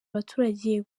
abaturage